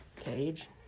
cage